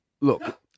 Look